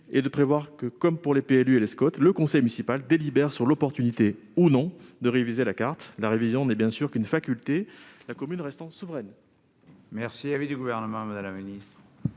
en prévoyant que, comme pour les PLU et les SCoT, le conseil municipal délibère sur l'opportunité ou non de réviser la carte. Cette révision n'est bien sûr qu'une faculté, la commune restant souveraine. Quel est l'avis du Gouvernement ? Le fait